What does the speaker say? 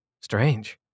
Strange